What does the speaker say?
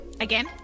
Again